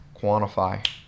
quantify